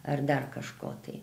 ar dar kažko tai